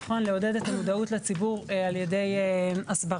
נכון, לעודד את המודעות לציבור על ידי הסברה.